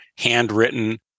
handwritten